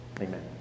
Amen